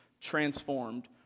transformed